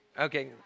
Okay